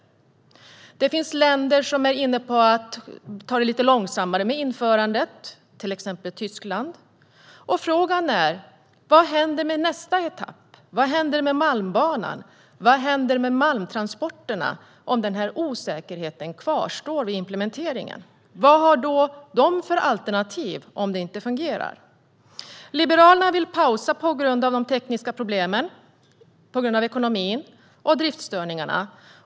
Det finns länder som är inne på att ta det lite långsammare med införandet, till exempel Tyskland. Frågan är: Vad händer med nästa etapp, vad händer med Malmbanan och vad händer med malmtransporterna om denna osäkerhet kvarstår vid implementeringen? Vad har de för alternativ om det inte fungerar? Liberalerna vill pausa på grund av de tekniska problemen, ekonomin och driftsstörningarna.